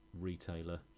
retailer